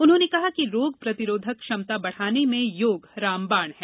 उन्होंने कहा कि रोग प्रतिरोधक क्षमता बढ़ाने में योग रामबाण है